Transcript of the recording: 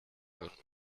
und